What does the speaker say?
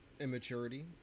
immaturity